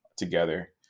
together